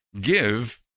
Give